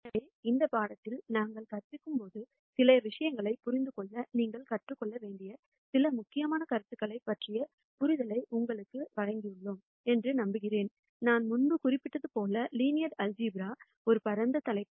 எனவே இந்த பாடத்திட்டத்தில் நாங்கள் கற்பிக்கப் போகும் சில விஷயங்களைப் புரிந்துகொள்ள நீங்கள் கற்றுக் கொள்ள வேண்டிய சில முக்கியமான கருத்துகளைப் பற்றிய புரிதலை உங்களுக்கு வழங்கியுள்ளோம் என்று நம்புகிறேன் நான் முன்பு குறிப்பிட்டது போல லீனியர் ஆல்சீப்ரா ஒரு பரந்த தலைப்பு